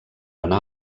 anar